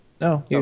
No